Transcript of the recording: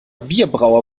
bierbrauer